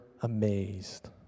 amazed